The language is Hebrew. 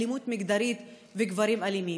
אלימות מגדרית וגברים אלימים.